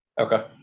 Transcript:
Okay